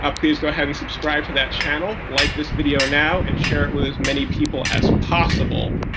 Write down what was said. ah please go ahead and subscribe to that channel, like this video now, and share it with as many people as possible.